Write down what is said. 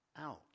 Ouch